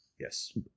Yes